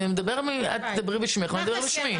את תדברי בשמך ואני אדבר בשמי.